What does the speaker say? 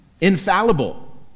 Infallible